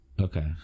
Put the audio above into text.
Okay